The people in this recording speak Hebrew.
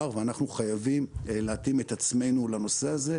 ואנחנו חייבים להתאים את עצמנו לנושא הזה,